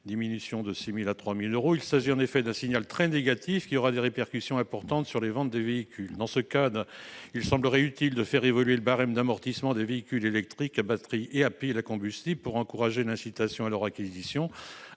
diminuer de 6 000 à 3 000 euros. Il s'agirait d'un signal très négatif qui aurait des répercussions importantes sur les ventes des véhicules. Dans ce cadre, il semble utile de faire évoluer le barème d'amortissement des véhicules électriques à batterie et à pile à combustible pour inciter à leur acquisition.